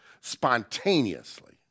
spontaneously